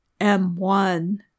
M1